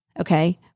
okay